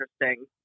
interesting